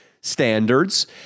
standards